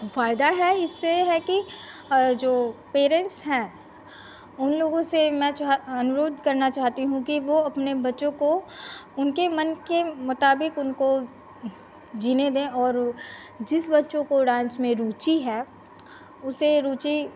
फ़ायदा है इससे है कि और जो पेरेन्ट्स हैं उन लोगों से मैं चाह अनुरोध करना चाहती हूँ कि वह अपने बच्चों को उनके मन के मुताबिक उनको जीने दें और जिस बच्चों को डान्स में रुचि है उसे रुचि